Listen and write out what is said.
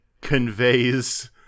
conveys